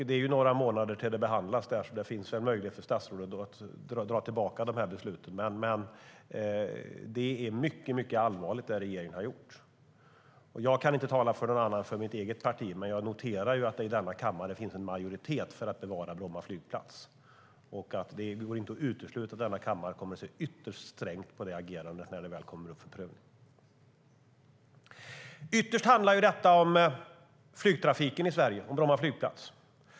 Det är några månader tills det behandlas, så det finns möjlighet för statsrådet att dra tillbaka beslutet. Det regeringen har gjort är mycket allvarligt. Jag kan inte tala för någon annan än mitt eget parti, men jag noterar att det finns en majoritet i kammaren för att bevara Bromma flygplats. Det går inte att utesluta att kammaren kommer att se ytterst strängt på regeringens agerande när det väl kommer upp för prövning. Ytterst handlar detta om flygtrafiken i Sverige.